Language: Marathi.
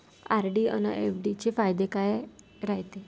आर.डी अन एफ.डी चे फायदे काय रायते?